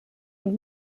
und